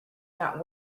not